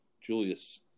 Julius